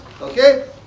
okay